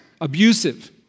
abusive